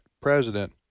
president